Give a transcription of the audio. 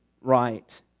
right